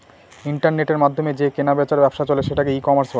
ইন্টারনেটের মাধ্যমে যে কেনা বেচার ব্যবসা চলে সেটাকে ই কমার্স বলে